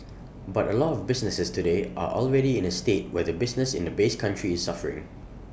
but A lot of businesses today are already in A state where the business in the base country is suffering